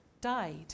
died